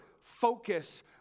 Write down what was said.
focus